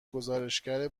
گزارشگر